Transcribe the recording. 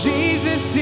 Jesus